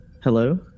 Hello